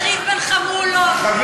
ענת,